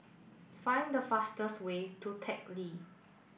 find the fastest way to Teck Lee